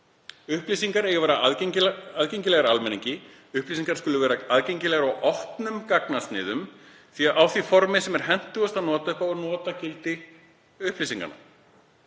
Upplýsingar eiga að vera aðgengilegar almenningi. Upplýsingar skulu vera aðgengilegar á opnum gagnasniðum, á því formi sem hentugast er að nota upp á notagildi upplýsinganna.